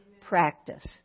practice